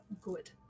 good